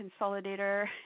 consolidator